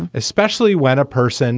especially when a person